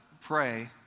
pray